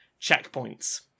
checkpoints